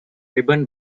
ribbon